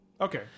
Okay